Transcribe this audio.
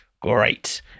Great